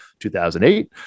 2008